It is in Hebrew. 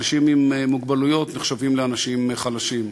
אנשים עם מוגבלויות נחשבים לאנשים חלשים,